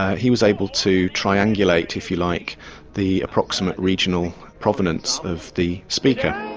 he was able to triangulate if you like the approximate regional provenance of the speaker.